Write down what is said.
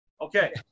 Okay